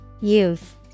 Youth